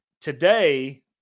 today